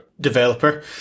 developer